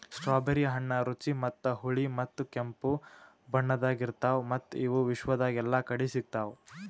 strawberry ಹಣ್ಣ ರುಚಿ ಮತ್ತ ಹುಳಿ ಮತ್ತ ಕೆಂಪು ಬಣ್ಣದಾಗ್ ಇರ್ತಾವ್ ಮತ್ತ ಇವು ವಿಶ್ವದಾಗ್ ಎಲ್ಲಾ ಕಡಿ ಸಿಗ್ತಾವ್